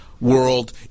world